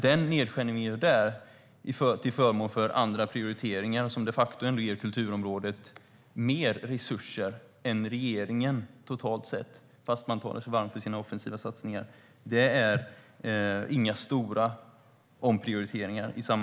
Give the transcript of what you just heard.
Den nedskärning vi där gör till förmån för andra prioriteringar ger de facto kulturområdet mer resurser än regeringen totalt sett, trots att regeringen talar sig varm för sina offensiva satsningar. Det är i sammanhanget inga stora omprioriteringar.